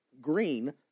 green